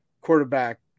quarterback